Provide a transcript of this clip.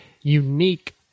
unique